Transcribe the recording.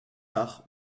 par